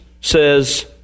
says